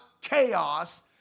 chaos